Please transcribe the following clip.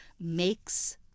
makes